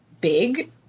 big